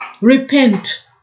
Repent